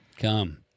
Come